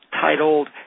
titled